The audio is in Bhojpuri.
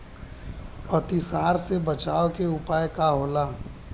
अतिसार से बचाव के उपाय का होला?